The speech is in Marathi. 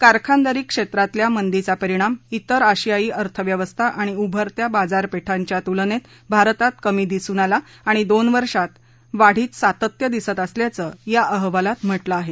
कारखानदारी क्षेत्रातल्या मंदीचा परिणाम त्रि आशियायी अर्थव्यवस्था आणि उभरत्या बाजारपेठांच्या तुलनेत भारतात कमी दिसून आला आणि दोन वर्षात वाढीत सातत्य दिसत असल्याचं या अहवालात म्हटलं आहे